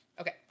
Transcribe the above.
Okay